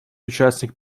участник